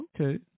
Okay